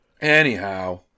Anyhow